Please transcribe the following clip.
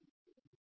അതായത്